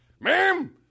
ma'am